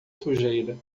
sujeira